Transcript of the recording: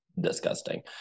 disgusting